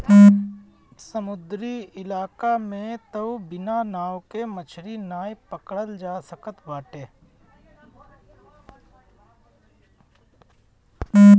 समुंदरी इलाका में तअ बिना नाव के मछरी नाइ पकड़ल जा सकत बाटे